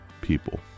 people